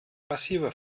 passiver